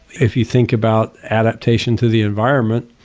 if you think about adaptation to the environment,